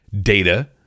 Data